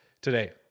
Today